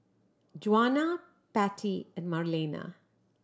Juana Patti and Marlena